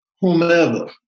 whomever